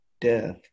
death